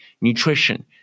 nutrition